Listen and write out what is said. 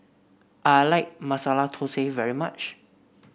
I like Masala Thosai very much